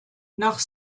nach